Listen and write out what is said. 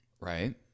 right